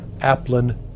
Applin